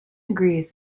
agrees